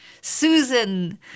Susan